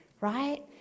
Right